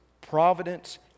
providence